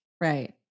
Right